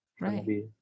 Right